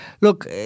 look